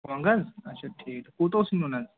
کۄنٛگ حظ اچھا ٹھیٖک کوٗتاہ اوسوٕ نِیُن حظ